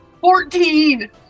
Fourteen